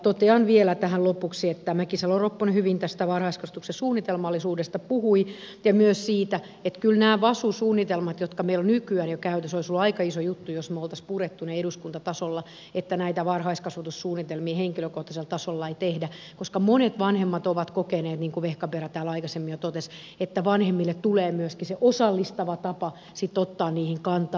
totean vielä tähän lopuksi että mäkisalo ropponen puhui hyvin tästä varhaiskasvatuksen suunnitelmallisuudesta ja myös siitä että kyllä olisi ollut aika iso juttu jos nämä vasu suunnitelmat jotka meillä ovat nykyään jo käytössä me olisimme purkaneet eduskuntatasolla jos näitä varhaiskasvatussuunnitelmia henkilökohtaisella tasolla ei tehtäisi koska monet vanhemmat ovat kokeneet niin kuin vehkaperä täällä aikaisemmin jo totesi että vanhemmille tulee myöskin se osallistava tapa sitten ottaa niihin kantaa